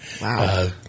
Wow